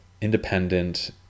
independent